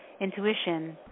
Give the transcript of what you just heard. intuition